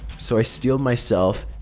so i steeled myself,